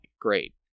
great